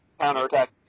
Counterattack